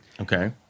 Okay